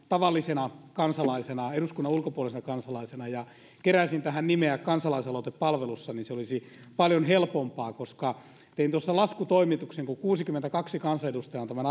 tavallisena eduskunnan ulkopuolisena kansalaisena ja keräisin tähän nimiä kansalaisaloitepalvelussa niin se olisi paljon helpompaa tein tuossa laskutoimituksen kuusikymmentäkaksi kansanedustajaa on tämän